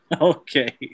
Okay